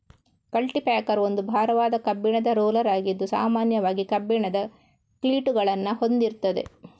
culti packer ಒಂದು ಭಾರವಾದ ಕಬ್ಬಿಣದ ರೋಲರ್ ಆಗಿದ್ದು ಸಾಮಾನ್ಯವಾಗಿ ಕಬ್ಬಿಣದ ಕ್ಲೀಟುಗಳನ್ನ ಹೊಂದಿರ್ತದೆ